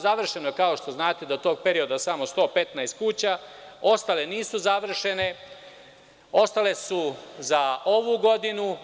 Završeno je, kao što znate, do tog perioda samo 115 kuća, ostale nisu završene, ostale su za ovu godinu.